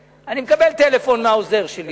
אני מקבל טלפון מהעוזר שלי,